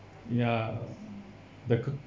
ya the